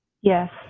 Yes